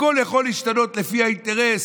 הכול יכול להשתנות לפי האינטרס,